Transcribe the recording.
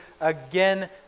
again